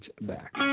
back